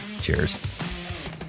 Cheers